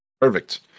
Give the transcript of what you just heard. Perfect